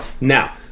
Now